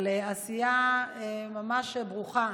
על עשייה ממש ברוכה